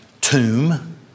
tomb